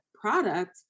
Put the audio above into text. product